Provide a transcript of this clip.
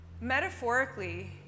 Metaphorically